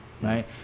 right